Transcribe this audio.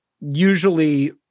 usually